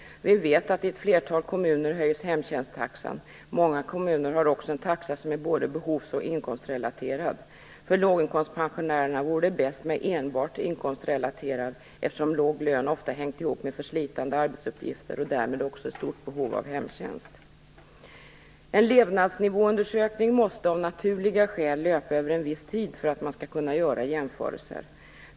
Vi vet att i ett flertal kommuner höjs hemtjänsttaxan och att många kommuner har en taxa som är både behovs och inkomstrelaterad. För låginkomstpensionärerna vore det bäst med en enbart inkomstrelaterad taxa, eftersom låg lön ofta hängt ihop med förslitande arbetsuppgifter och därmed också ett stort behov av hemtjänst. En levnadsnivåundersökning måste av naturliga skäl löpa över en viss tid för att man skall kunna göra jämförelser.